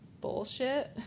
bullshit